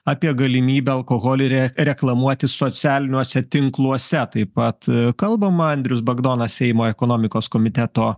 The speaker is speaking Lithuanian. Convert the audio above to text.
apie galimybę alkoholį re reklamuotis socialiniuose tinkluose taip pat kalbama andrius bagdonas seimo ekonomikos komiteto